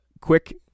quick